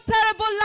terrible